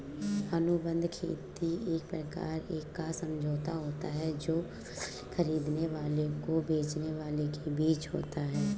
अनुबंध खेती एक प्रकार का समझौता होता है जो फसल खरीदने वाले और बेचने वाले के बीच होता है